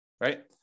right